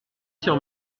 sur